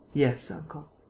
yes, uncle.